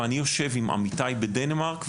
אני יושב עם עמיתיי בדנמרק,